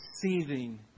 Seething